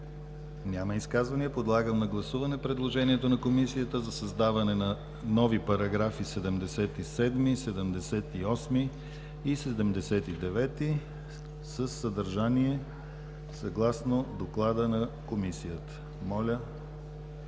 Няма. Подлагам на гласуване предложението на Комисията за създаване на нови параграфи 77, 78 и 79 със съдържание съгласно доклада на Комисията.